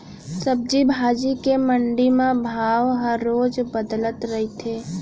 सब्जी भाजी के मंडी म भाव ह रोज बदलत रहिथे